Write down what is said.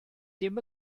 ddim